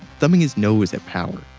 thumbing his nose at power.